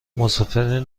مسافرین